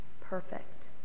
perfect